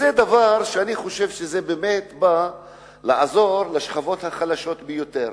דבר כזה, אני חושב, בא לעזור לשכבות החלשות ביותר.